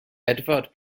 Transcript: edvard